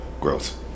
Gross